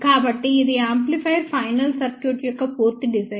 కాబట్టి ఇది amplifier final circuit యొక్క పూర్తి డిజైన్